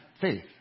faith